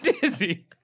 dizzy